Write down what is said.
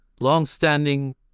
long-standing